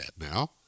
now